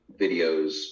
videos